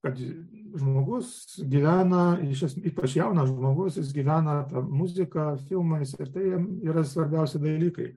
kad žmogus gyvena iš ypač jaunas žmogus jis gyvena muzika filmais ir tai jam yra svarbiausi dalykai